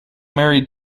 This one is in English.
married